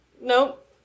nope